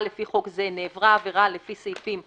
לפי חוק זה נעברה עבירה לפי סעיפים 242,